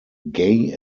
gay